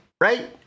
right